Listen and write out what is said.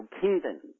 kingdom